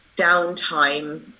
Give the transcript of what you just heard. downtime